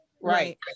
right